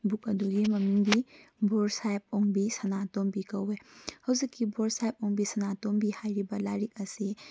book ꯑꯗꯨꯒꯤ ꯃꯃꯤꯡꯗꯤ ꯕꯣꯔ ꯁꯥꯍꯦꯕ ꯑꯣꯡꯕꯤ ꯁꯥꯅꯥꯇꯣꯝꯕꯤ ꯀꯧꯏ ꯍꯧꯖꯤꯛꯀꯤ ꯕꯣꯔ ꯁꯥꯍꯦꯕ ꯑꯣꯡꯕꯤ ꯁꯥꯅꯥꯇꯣꯝꯕꯤ ꯍꯥꯏꯔꯤꯕ ꯂꯥꯏꯔꯤꯛ ꯑꯁꯤ